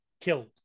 killed